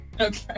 Okay